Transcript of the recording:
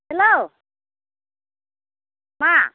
hello मा